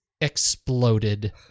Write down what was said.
exploded